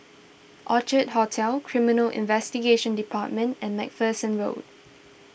Orchid Hotel Criminal Investigation Department and MacPherson Road